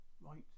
right